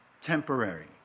temporary